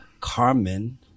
Carmen